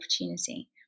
opportunity